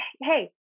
Hey